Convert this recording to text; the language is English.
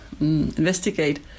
investigate